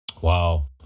Wow